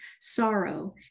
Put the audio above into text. sorrow